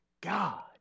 God